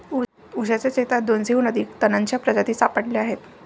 ऊसाच्या शेतात दोनशेहून अधिक तणांच्या प्रजाती सापडल्या आहेत